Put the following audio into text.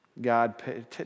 God